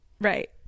right